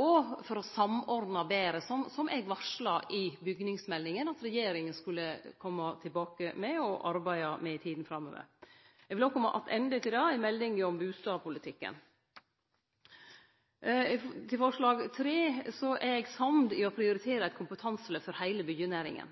og for å samordne betre, slik eg varsla i bygningsmeldinga at regjeringa skulle kome tilbake og arbeide med i tida framover. Eg vil òg kome attende til det i meldinga om bustadpolitikken. Når det gjeld forslag nr. 3, er eg samd i det å prioritere eit kompetanselyft for heile byggjenæringa.